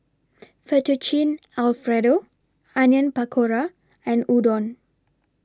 Fettuccine Alfredo Onion Pakora and Udon